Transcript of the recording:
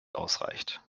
ausreicht